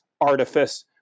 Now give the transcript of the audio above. artifice